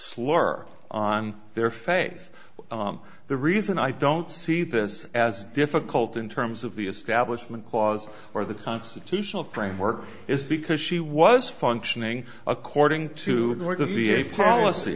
slur on their face the reason i don't see this as difficult in terms of the establishment clause or the constitutional framework is because she was functioning according to the